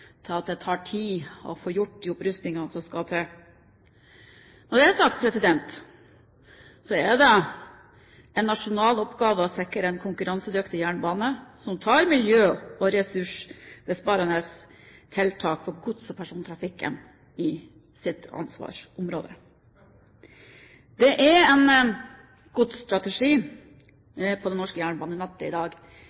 til at det tar tid å få gjort de opprustningene som skal til. Når det er sagt, er det en nasjonal oppgave å sikre en konkurransedyktig jernbane som tar med miljø- og ressursbesparende tiltak på gods- og persontrafikken i sitt ansvarsområde. Det er en godsstrategi